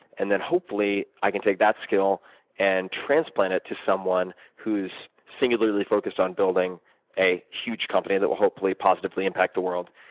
and then, hopefully, i can take that skill and transplant it to someone who's singularly focused on building a huge company that will hopefully positively impact the world,